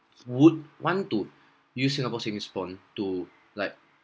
would want to use singapore savings bond to like